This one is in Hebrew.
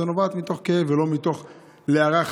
זה נובע מתוך כאב ולא מתוך רצון להרע,